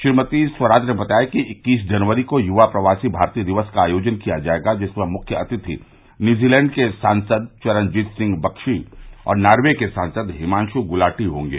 श्रीमती स्वराज ने बताया कि इक्कीस जनवरी को युवा प्रवासी भारतीय दिवस का आयोजन किया जायेगा जिसमें मुख्य अतिथि न्यूजीलैंड के सांसद चरनजीत सिंह बख्शी और नॉर्वे के सांसद हिमांगु गुलाटी होंगे